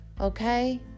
Okay